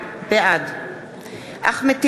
בעד אחמד טיבי,